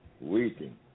waiting